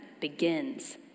begins